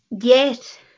Yes